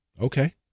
Okay